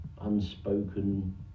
unspoken